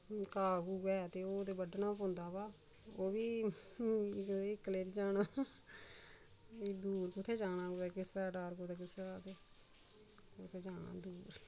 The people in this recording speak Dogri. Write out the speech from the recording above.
घाह् घू ऐ ते ओह् ते बड्ढना गै पौंदा बा ओह् बी इक्कलै नी जाना दूर कुत्थै जाना कुदै किसा दा डर कुदै किसा दा ते कुत्थै जाना दूर